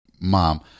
mom